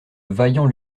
vaillant